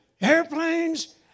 Airplanes